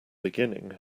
beginning